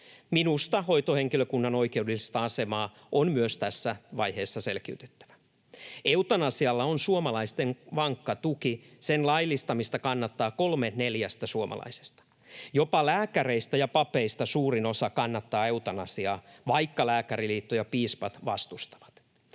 Minusta hoitohenkilökunnan oikeudellista asemaa on myös tässä vaiheessa selkiytettävä. Eutanasialla on suomalaisten vankka tuki. Sen laillistamista kannattaa kolme neljästä suomalaisesta. Jopa lääkäreistä ja papeista suurin osa kannattaa eutanasiaa, vaikka Lääkäriliitto ja piispat vastustavat.